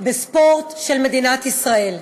בספורט של מדינת ישראל.